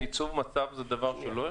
רגע, ייצוב מצב זה דבר לא הכרחי?